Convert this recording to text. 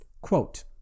quote